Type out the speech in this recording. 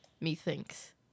methinks